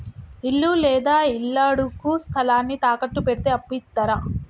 ఇల్లు లేదా ఇళ్లడుగు స్థలాన్ని తాకట్టు పెడితే అప్పు ఇత్తరా?